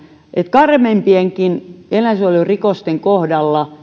karmeimpienkin eläinsuojelurikosten kohdalla